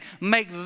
Make